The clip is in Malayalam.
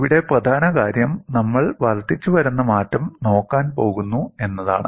ഇവിടെ പ്രധാന കാര്യം നമ്മൾ വർദ്ധിച്ചുവരുന്ന മാറ്റം നോക്കാൻ പോകുന്നു എന്നതാണ്